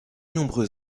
nombreux